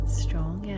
strong